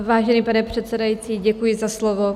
Vážený pane předsedající, děkuji za slovo.